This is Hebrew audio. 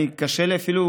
קשה לי אפילו,